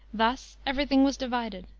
thus every thing was divided.